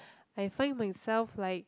I find myself like